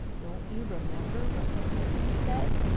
don't you remember what the legend said?